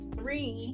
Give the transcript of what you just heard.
three